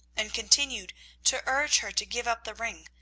and continued to urge her to give up the ring,